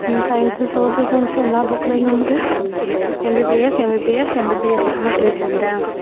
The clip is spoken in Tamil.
சைன்ஸ்ஸு சோஷியல் சைன்ஸ்ஸு எல்லா புக்குலையுமே வந்து எம்பிபிஎஸ் எம்பிபிஎஸ் எம்பிபிஎஸ் தான் எழுதி வச்சிருந்தேன்